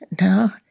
No